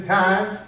time